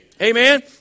Amen